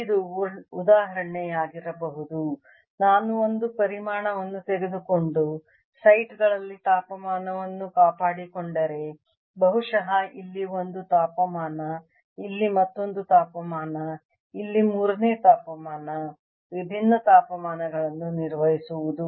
ಇದು ಉದಾಹರಣೆಯಾಗಿರಬಹುದು ನಾನು ಒಂದು ಪರಿಮಾಣವನ್ನು ತೆಗೆದುಕೊಂಡು ಸೈಟ್ ಗಳಲ್ಲಿ ತಾಪಮಾನವನ್ನು ಕಾಪಾಡಿಕೊಂಡರೆ ಬಹುಶಃ ಇಲ್ಲಿ ಒಂದು ತಾಪಮಾನ ಇಲ್ಲಿ ಮತ್ತೊಂದು ತಾಪಮಾನ ಇಲ್ಲಿ ಮೂರನೇ ತಾಪಮಾನ ವಿಭಿನ್ನ ತಾಪಮಾನವನ್ನು ನಿರ್ವಹಿಸುವುದು